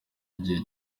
igihe